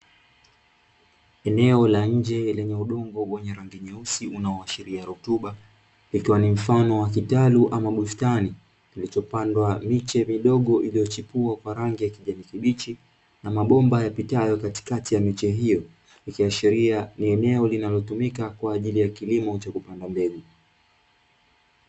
Eneo la nje lenye udongo wa rangi nyeusi unaoashiria rutuba, ikiwa ni mfano wa kitalu ama bustani, kilichopndwa miche midogo iliyochipua kwa rangi ya kijani kibichi na mabomba yapitayo katikati ya miche hiyo ikiashiria ni eneo linalotumika kupanda kilimo cha mbegu.